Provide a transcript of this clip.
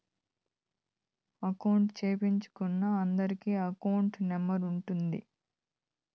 account సేపిచ్చుకున్నా అందరికి account number ఉంటాది